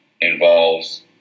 involves